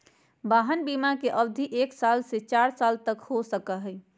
वाहन बिमा के अवधि एक साल से चार साल तक के हो सका हई